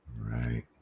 right